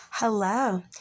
Hello